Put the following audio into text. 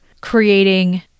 creating